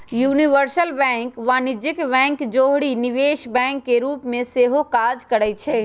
universal bank वाणिज्यिक bank के जौरही निवेश बैंक के रूप में सेहो काज करइ छै